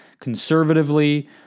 conservatively